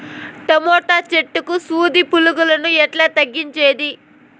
Tomato చెట్లకు సూది పులుగులను ఎట్లా తగ్గించేది?